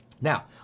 Now